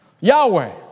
Yahweh